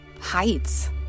heights